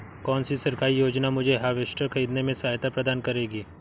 कौन सी सरकारी योजना मुझे हार्वेस्टर ख़रीदने में सहायता प्रदान करेगी?